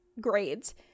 grades